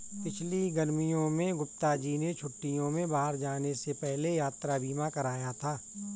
पिछली गर्मियों में गुप्ता जी ने छुट्टियों में बाहर जाने से पहले यात्रा बीमा कराया था